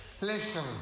Listen